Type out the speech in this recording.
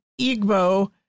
Igbo